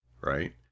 Right